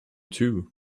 too